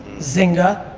zynga,